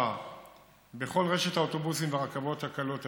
בכל רשת האוטובוסים והרכבות הקלות הפנימית,